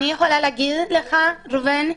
אני יכולה להגיד לך, ראובן,